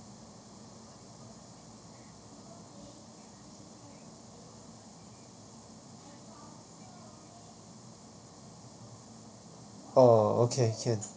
orh okay can